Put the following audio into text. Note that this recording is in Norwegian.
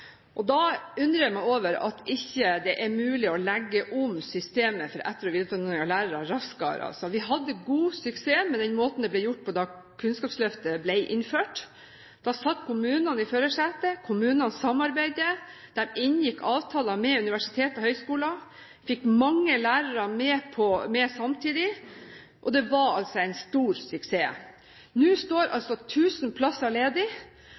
i. Da undrer jeg meg over at det ikke er mulig å legge om systemet for etter- og videreutdanning av lærere raskere. Vi hadde god suksess med den måten det ble gjort på da Kunnskapsløftet ble innført. Da satt kommunene i førersetet. Kommunene samarbeidet. De inngikk avtaler med universiteter og høyskoler, fikk mange lærere med samtidig, og det var en stor suksess. Nå står altså 1 000 plasser ledig.